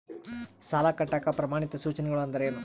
ಸಾಲ ಕಟ್ಟಾಕ ಪ್ರಮಾಣಿತ ಸೂಚನೆಗಳು ಅಂದರೇನು?